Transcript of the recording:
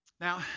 Now